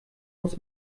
muss